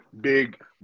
Big